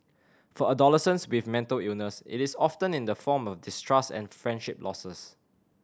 for adolescents with mental illness it is often in the form of distrust and friendship losses